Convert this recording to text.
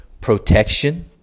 protection